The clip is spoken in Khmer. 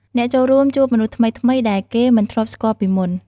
អ្នកចូលរួមជួបមនុស្សថ្មីៗដែលគេមិនធ្លាប់ស្គាល់ពីមុន។